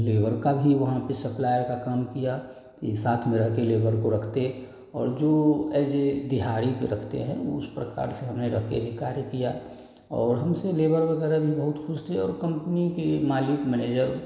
labour का भी वहाँ पर सप्लायर का काम किया कि साथ में रहकर लेबर को रखते और जो एज ए दिहाड़ी पर रखते हैं वह उस प्रकार से हमने रखकर यह कार्य किया और हमसे लेबर वग़ैरह भी बहुत ख़ुश थे और कम्पनी के मालिक मैनेजर